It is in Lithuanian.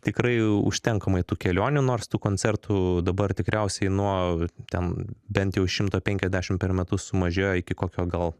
tikrai užtenkamai tų kelionių nors tų koncertų dabar tikriausiai nuo ten bent jau šimto penkiasdešim per metus sumažėjo iki kokio gal